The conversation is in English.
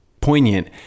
poignant